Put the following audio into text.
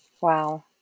Wow